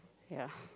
ya